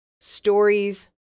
stories